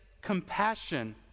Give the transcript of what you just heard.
compassion